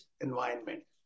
environment